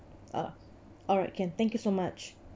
ah alright can thank you so much